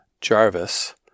Jarvis